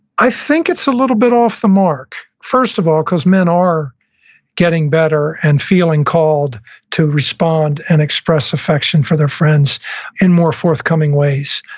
i think it's a little bit off the mark. first of all, because men are getting better and feeling called to respond and express affection for their friends in more forthcoming ways.